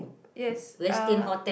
yes uh